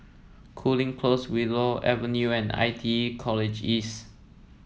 Cooling Close Willow Avenue and I T E College East